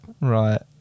Right